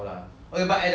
the whole book